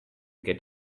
get